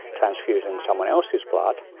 transfusing someone else's blood,